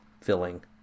filling